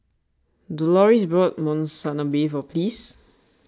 Doloris bought Monsunabe for Pleas